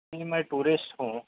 جی میں ٹورسٹ ہوں